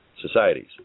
societies